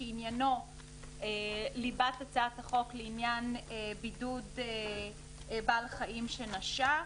שעניינו ליבת הצעת החוק לעניין בידוד בעל חיים שנשך.